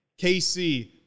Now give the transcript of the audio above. KC